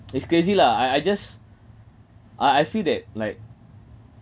it's crazy lah I I just ah I feel that like